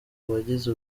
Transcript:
uwagize